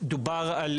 דובר על